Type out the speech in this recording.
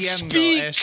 speak